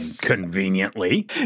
conveniently